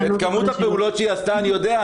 את כמות הפעולות שהיא עשתה, אני יודע.